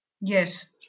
Yes